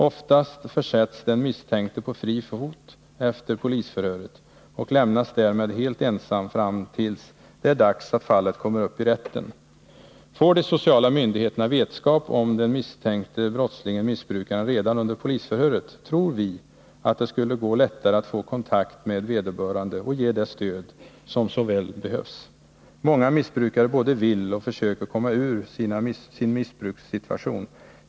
Oftast försätts den misstänkte på fri fot efter polisförhöret och lämnas därmed helt ensam fram tills det är dags att fallet kommer upp i rätten. Får de sociala myndigheterna vetskap om den misstänkte brottslingen/ missbrukaren redan under polisförhöret tror vi att det skulle gå lättare att få kontakt med vederbörande och ge det stöd som så väl behövs. Många missbrukare både vill och försöker komma ur sin missbrukssitua tion.